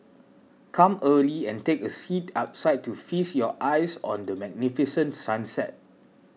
come early and take a seat outside to feast your eyes on the magnificent sunset